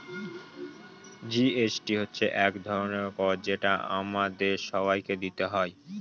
GST হচ্ছে এক ধরনের কর যেটা আমাদের সবাইকে দিতে হয়